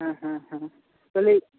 হ্যাঁ হ্যাঁ হ্যাঁ তাহলে